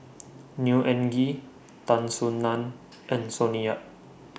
Neo Anngee Tan Soo NAN and Sonny Yap